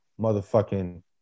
motherfucking